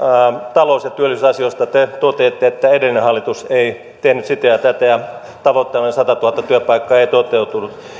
talous ja työllisyysasioista te toteatte että edellinen hallitus ei tehnyt sitä ja tätä ja tavoitteena ollut satatuhatta työpaikkaa ei toteutunut